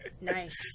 nice